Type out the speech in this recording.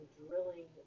drilling